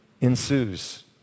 ensues